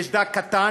יש דג קטן,